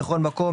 בכל מקום,